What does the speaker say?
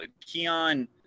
Keon